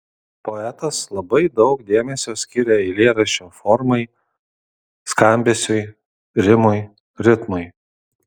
poetas labai daug dėmesio skiria eilėraščio formai skambesiui rimui ritmui